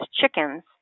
chickens